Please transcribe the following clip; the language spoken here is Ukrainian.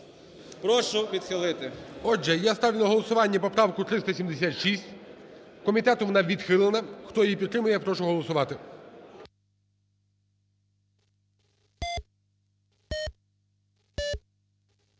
Прошу відхилити. ГОЛОВУЮЧИЙ. Отже, я ставлю на голосування поправку 376, комітетом вона відхилена. Хто її підтримує, я прошу голосувати.